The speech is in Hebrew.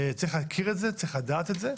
צריך להכיר את זה וצריך לדעת את זה.